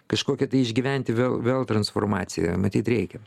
kažkokią tai išgyventi vėl vėl transformaciją matyt reikia